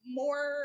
more